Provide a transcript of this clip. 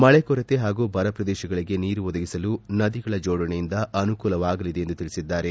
ಮಳೆ ಕೊರತೆ ಹಾಗೂ ಬರ ಪ್ರದೇಶಗಳಿಗೆ ನೀರು ಒದಗಿಸಲು ನದಿಗಳ ಜೋಡಣೆಯಿಂದ ಅನುಕೂಲವಾಗಲಿದೆ ಎಂದು ತಿಳಿಸಿದ್ದಾರೆ